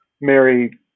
Mary